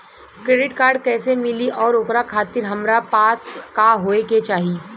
Credit card कैसे मिली और ओकरा खातिर हमरा पास का होए के चाहि?